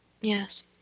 Yes